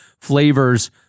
flavors